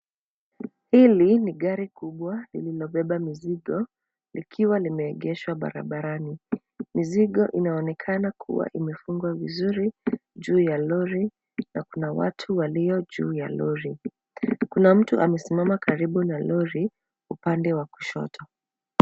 Hili ni gari kubwa lililobeba mizigo ikiwa limeegeshwa barabarani. Mizigo inaonekana kuwa imefungwa vizuri juu ya lori na kuna watu walio juu ya lori. Kuna mtu amesimama karibu na lori upande wa kushoto.